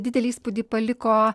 didelį įspūdį paliko